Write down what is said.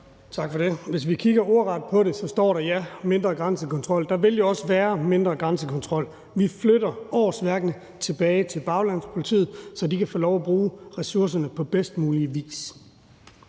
Tak for det. Hvis vi kigger ordret på det, så står der, ja, mindre grænsekontrol. Der vil jo også være mindre grænsekontrol. Vi flytter årsværkene tilbage til baglandspolitiet, så de kan få lov at bruge ressourcerne på bedst mulige vis.